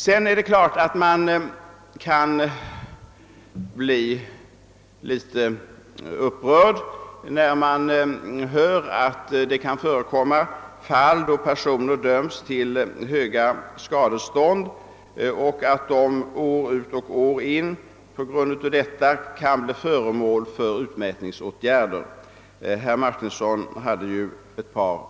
Sedan är det klart att man kan bli litet upprörd när man hör, att det kan förekomma fall då personer döms till höga skadestånd och att de år ut och år in på grund av detta kan bli föremål för utmätningsåtgärder. Herr Martinsson refererade ett par